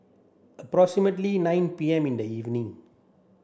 approximately nine P M in the evening